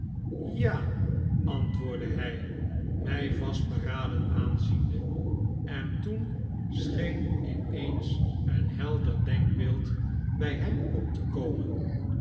ja a antwoordde hg mi vastberaden aanziende en toen scheen in eens een helder denkbeeld by hem op te komen